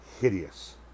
Hideous